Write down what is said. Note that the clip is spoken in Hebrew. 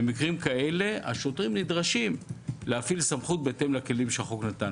במקרים כאלה השוטרים נדרשים להפעיל סמכות בהתאם לכלים שהחוק נתן.